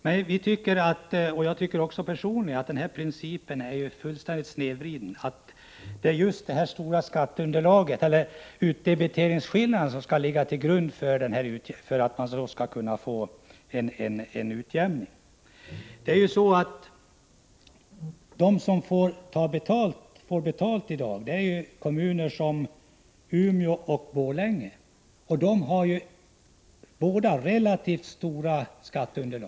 Men vi — och även jag personligen — tycker att denna princip, att det är skillnaden i utdebitering som skall ligga till grund för vilka som skall få utjämningsbidrag, är fullständigt snedvriden. De kommuner som i dag får bidrag är sådana som Umeå och Borlänge, och båda dessa har ju relativt stort skatteunderlag.